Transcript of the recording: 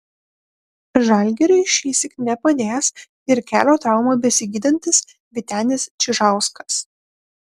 žalgiriui šįsyk nepadės ir kelio traumą besigydantis vytenis čižauskas